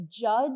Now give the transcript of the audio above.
judge